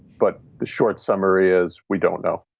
but the short summary is we don't know.